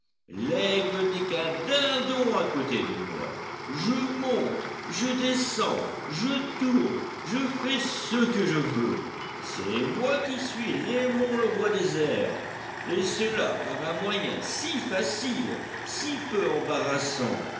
dindon à côté de moi je monte je descends je tourne je fais ce que je veux c'est moi qui suis raimond le roi des airs et cela par un moyen si facile si peu embarrassant